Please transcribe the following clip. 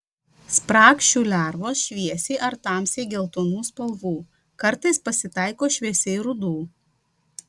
spragšių lervos šviesiai ar tamsiai geltonų spalvų kartais pasitaiko šviesiai rudų